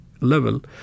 level